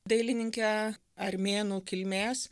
dailininkę armėnų kilmės